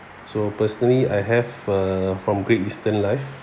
so personally I have uh from great eastern life